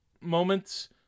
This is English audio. moments